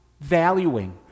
valuing